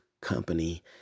company